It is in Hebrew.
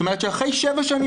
זאת אומרת ששבע שנים